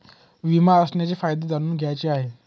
विमा असण्याचे फायदे जाणून घ्यायचे आहे